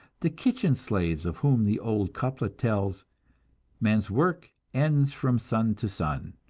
the kitchen slaves of whom the old couplet tells man's work ends from sun to sun,